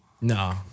No